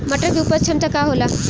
मटर के उपज क्षमता का होला?